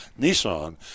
Nissan